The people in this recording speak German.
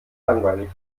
langweilig